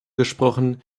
gesprochen